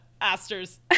Aster's